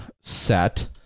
set